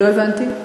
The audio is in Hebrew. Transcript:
לא הבנתי.